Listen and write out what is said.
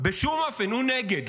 בשום אופן, הוא נגד.